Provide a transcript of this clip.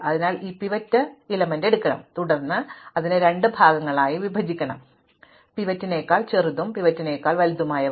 അതിനാൽ ഞങ്ങൾ ഈ പിവറ്റ് എടുക്കുന്നു തുടർന്ന് നിങ്ങൾ അതിനെ രണ്ട് ഭാഗങ്ങളായി വിഭജിക്കുന്നു പിവറ്റിനേക്കാൾ ചെറുതും പിവറ്റിനേക്കാൾ വലുതുമായവ